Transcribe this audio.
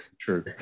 True